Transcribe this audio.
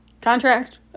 contract